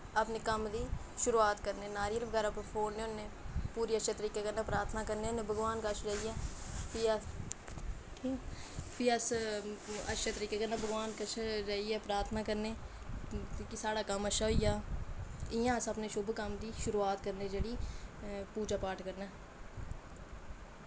अपने कम्म दी शुरूआत करने नारियल बगैरा फोड़ने होन्ने पूरी अच्छी तरीके कन्नै प्रार्थना करने होन्ने भगवान कश जाइयै फ्ही अस अच्छे तरीके कन्नै भगवान कश जाइयै प्रार्थना करने होन्ने कि साढ़ा कम्म अच्छा होई जा इ'यां अस अपने शुभ कम्म दी शुरूआत करने जेह्ड़ी पूजा पाठ करने